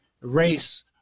race